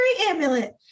amulet